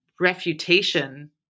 refutation